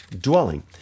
dwelling